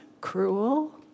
cruel